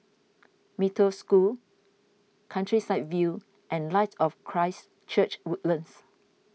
Mee Toh School Countryside View and Light of Christ Church Woodlands